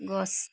গছ